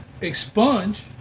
expunge